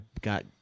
got